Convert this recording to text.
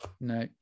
No